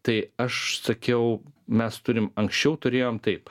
tai aš sakiau mes turim anksčiau turėjom taip